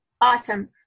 Awesome